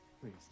Please